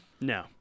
No